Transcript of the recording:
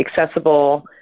accessible